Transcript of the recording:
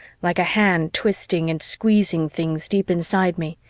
like a hand twisting and squeezing things deep inside me,